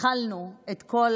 שהתחלנו את כל